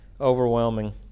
overwhelming